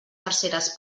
terceres